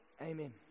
Amen